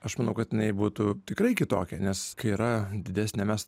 aš manau kad jinai būtų tikrai kitokia nes kai yra didesnė mes